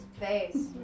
face